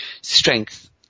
strength